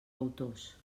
autors